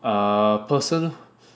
err person